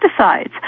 pesticides